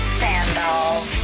sandals